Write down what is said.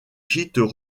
gîtes